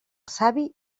savi